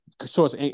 source